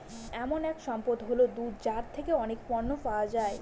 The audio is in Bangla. এমন এক সম্পদ হল দুধ যার থেকে অনেক পণ্য পাওয়া যায়